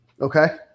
Okay